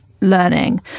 learning